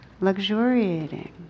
luxuriating